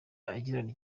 agirana